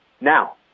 Now